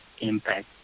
impact